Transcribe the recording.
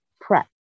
prep